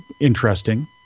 interesting